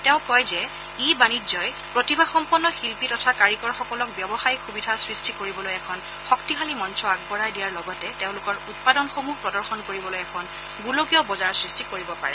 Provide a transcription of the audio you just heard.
তেওঁ কয় যে ই বাণিজ্যই প্ৰতিভাসম্পন্ন শিল্পী তথা কাৰিকৰসকলক ব্যৱসায়িক সুবিধা সৃষ্টি কৰিবলৈ এখন শক্তিশালী মঞ্চ আগবঢ়াই দিয়াৰ লগতে তেওঁলোকৰ উৎপাদনসমূহ প্ৰদৰ্শন কৰিবলৈ এখন গোলকীয় বজাৰ সৃষ্টি কৰিব পাৰে